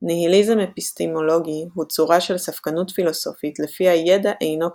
ניהיליזם אפיסטמולוגי הוא צורה של ספקנות פילוסופית לפיה ידע אינו קיים,